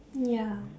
ya